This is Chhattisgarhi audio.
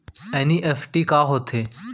एन.ई.एफ.टी का होथे?